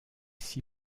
six